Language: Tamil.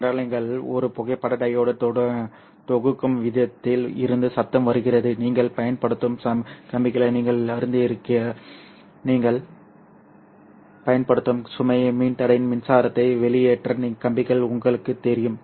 ஏனென்றால் நீங்கள் ஒரு புகைப்பட டையோடு தொகுக்கும் விதத்தில் இருந்து சத்தம் வருகிறது நீங்கள் பயன்படுத்தும் கம்பிகளை நீங்கள் அறிந்திருக்கிறீர்கள் நீங்கள் பயன்படுத்தும் சுமை மின்தடையின் மின்சாரத்தை வெளியேற்ற கம்பிகள் உங்களுக்குத் தெரியும்